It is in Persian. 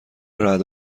رعد